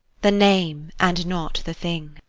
the name and not the thing.